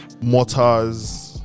mortars